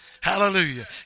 Hallelujah